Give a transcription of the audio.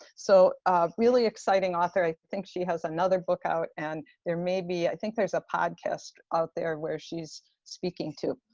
so really exciting author. i think she has another book out and there may be, i think, there's a podcast out there where she's speaking too.